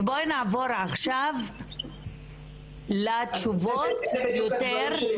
אז בואי נעבור עכשיו לתשובות יותר --- אלה בדיוק הדברים שלי,